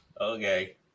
Okay